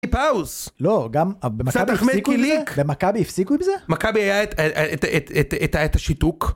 לא גם במכבי הפסיקו את זה. ... במכבי היה את השיתוק